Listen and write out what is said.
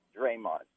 Draymond